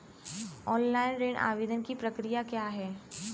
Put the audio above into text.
Online ऋण आवेदन की प्रक्रिया क्या है?